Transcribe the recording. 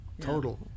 total